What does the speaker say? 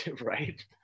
Right